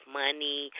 money